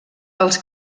els